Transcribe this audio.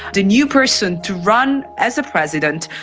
the new person to run as a president,